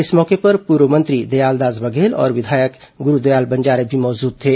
इस मौके पर पूर्व मंत्री दयालदास बघेल और विधायक गुरूदयाल बंजारे भी मौजूद थे